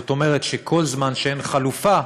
זאת אומרת שכל זמן שאין חלופה